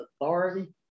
authority